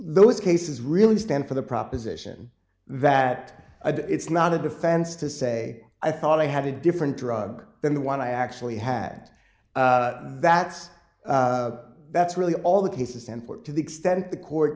those cases really stand for the proposition that it's not a defense to say i thought i had a different drug than the one i actually had that's that's really all the cases and for to the extent the court